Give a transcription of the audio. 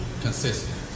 consistent